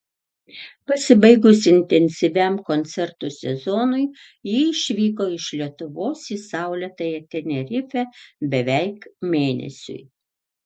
pasibaigus intensyviam koncertų sezonui ji išvyko iš lietuvos į saulėtąją tenerifę beveik mėnesiui